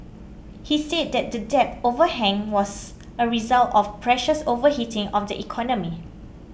he said that the debt overhang was a result of previous overheating of the economy